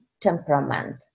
temperament